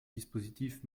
dispositif